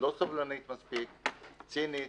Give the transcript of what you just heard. לא סובלנית מספיק, צינית,